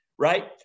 right